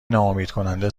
ناامیدکننده